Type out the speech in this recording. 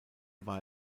war